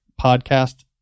podcast